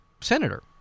senator